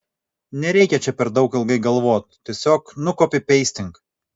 nereikia čia per daug ilgai galvot tiesiog nukopipeistink